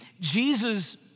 Jesus